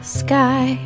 sky